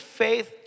faith